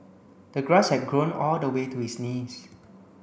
the grass had grown all the way to his knees